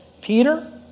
Peter